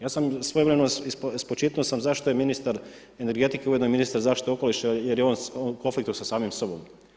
Ja sam svojevremeno, spočitnuo sam zašto je ministar energetike ujedno i ministar zaštite okoliša, jer je on u konfliktu sa samim sobom.